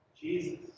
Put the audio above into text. Jesus